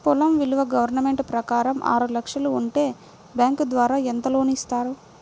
పొలం విలువ గవర్నమెంట్ ప్రకారం ఆరు లక్షలు ఉంటే బ్యాంకు ద్వారా ఎంత లోన్ ఇస్తారు?